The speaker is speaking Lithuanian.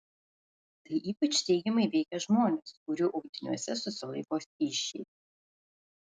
tai ypač teigiamai veikia žmones kurių audiniuose susilaiko skysčiai